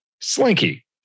Slinky